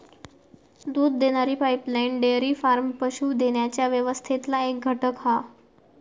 दूध देणारी pipeline dairy farm पशू देण्याच्या व्यवस्थेतला एक घटक हा